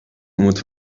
umut